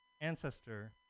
ancestor